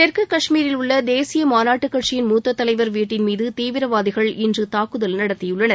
தெற்கு காஷ்மீரில் உள்ள தேசிய மாநாட்டு கட்சியின் மூத்த தலைவர் வீட்டின் மீது தீவிரவாதிகள் இன்று தாக்குதல் நடத்தியுள்ளனர்